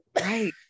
Right